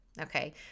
okay